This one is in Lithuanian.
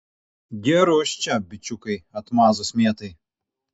gerus čia bičiukai atmazus mėtai